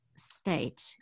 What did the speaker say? state